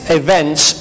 events